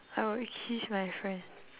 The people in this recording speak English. I would kiss my friend